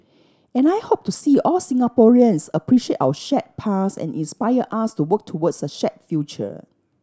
and I hope to see all Singaporeans appreciate our shared past and inspire us to work towards a shared future